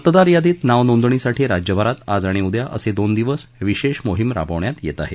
मतदार यादीत नाव नोंदणीसाठी राज्यभरात आज आणि उद्या असे दोन दिवस विशेष मोहीम राबवण्यात येत आहे